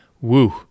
Woo